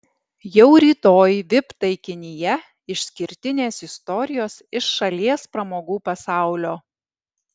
jau rytoj vip taikinyje išskirtinės istorijos iš šalies pramogų pasaulio